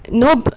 no b~